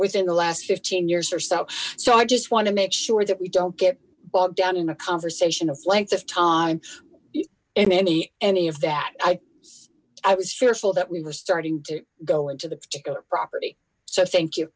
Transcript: within the last fifteen years or so so i just want to make sure that we don't get bogged down in a conversation of length of time in any any of that i i was fearful that we were starting to go into the particular property so thank you